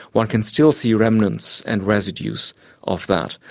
one can still see remnants and residues of that,